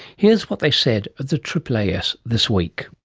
here's what they said at the aaas this week.